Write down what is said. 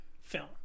film